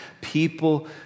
people